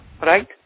right